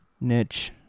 Niche